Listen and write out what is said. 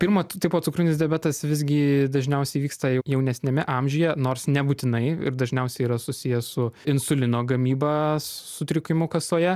pirmo tipo cukrinis diabetas visgi dažniausiai vyksta jau jaunesniame amžiuje nors nebūtinai ir dažniausiai yra susiję su insulino gamyba sutrikimu kasoje